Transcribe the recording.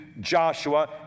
Joshua